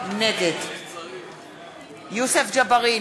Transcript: נגד יוסף ג'בארין,